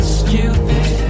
stupid